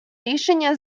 рішення